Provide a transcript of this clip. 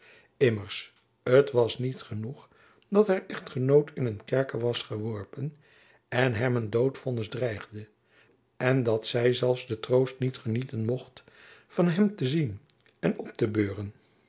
immers t was niet genoeg dat haar echtgenoot in een kerker was geworpen en hem een doodvonnis dreigde en dat zy zelfs den troost niet genieten mocht van hem te zien en op te beuren